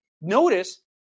notice